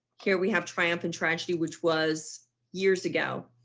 here we have triumph and tragedy which was years ago,